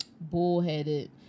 bullheaded